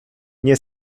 nie